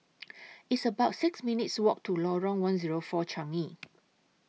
It's about six minutes' Walk to Lorong one Zero four Changi